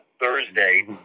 Thursday